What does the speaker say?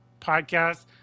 podcast